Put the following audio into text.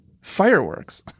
Fireworks